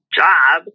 job